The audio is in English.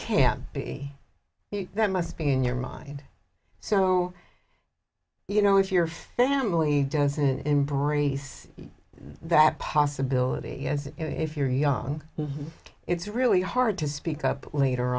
can be that must be in your mind so you know if your family doesn't embrace that possibility as if you're young it's really hard to speak up later